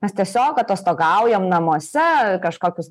mes tiesiog atostogaujam namuose kažkokius